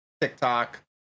TikTok